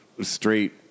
straight